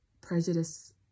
prejudice